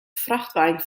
frachtwein